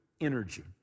energy